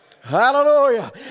Hallelujah